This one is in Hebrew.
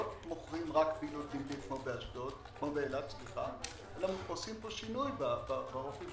לא רק פעילות כמו באילת אלא עושים פה שינוי באופי.